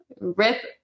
Rip